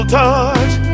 touch